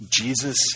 Jesus